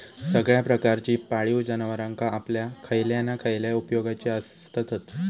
सगळ्या प्रकारची पाळीव जनावरां आपल्या खयल्या ना खयल्या उपेगाची आसततच